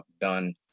done